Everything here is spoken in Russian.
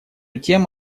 тем